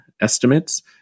estimates